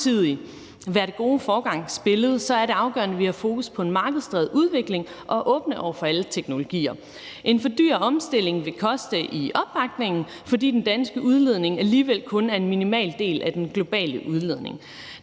og samtidig være det gode forbillede, er det afgørende, at vi har fokus på en markedsdrevet udvikling og er åbne over for alle teknologier. En for dyr omstilling vil koste i opbakningen, fordi den danske udledning alligevel kun er en minimal del af den globale udledning.